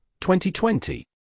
2020